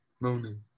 Morning